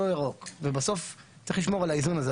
ירוק ובסוף צריך לשמור על האיזון הזה.